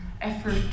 effort